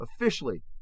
officially